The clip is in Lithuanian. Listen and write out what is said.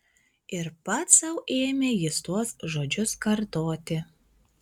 ir pats sau ėmė jis tuos žodžius kartoti